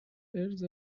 اِرز